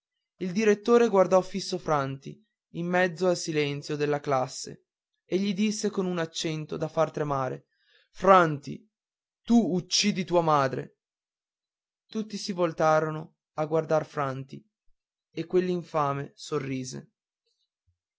il direttore guardò fisso franti in mezzo al silenzio della classe e gli disse con un accento da far tremare franti tu uccidi tua madre tutti si voltarono a guardar franti e quell'infame sorrise